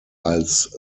als